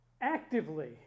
actively